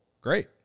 Great